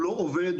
הוא לא רק עובד,